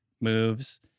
moves